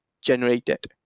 generated